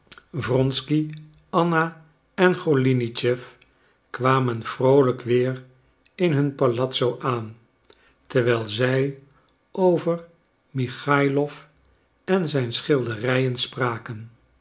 wronsky anna en golinitschef kwamen vroolijk weer in hun palazzo aan terwijl zij over michaïlof en zijn schilderijen spraken